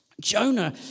Jonah